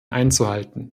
einzuhalten